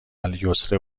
الیسر